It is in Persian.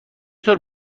طور